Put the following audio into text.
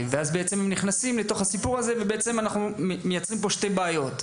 ואז הם נכנסים לתוך הסיפור הזה ואנחנו מייצרים פה שתי בעיות,